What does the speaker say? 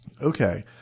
Okay